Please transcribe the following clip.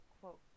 quote